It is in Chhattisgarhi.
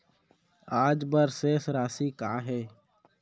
आज बर शेष राशि का हे?